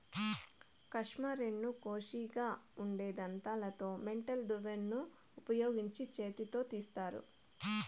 కష్మెరెను కోషిగా ఉండే దంతాలతో మెటల్ దువ్వెనను ఉపయోగించి చేతితో తీస్తారు